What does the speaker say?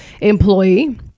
employee